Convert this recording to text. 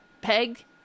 Peg